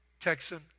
Texan